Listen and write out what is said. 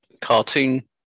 cartoon